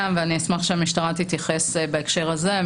ואני אשמח שהמשטרה תתייחס בהקשר הזה.